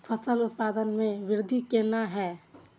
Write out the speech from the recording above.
फसल उत्पादन में वृद्धि केना हैं?